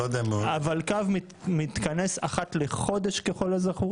הולק"ו מתכנס אחת לחודש ככל הזכור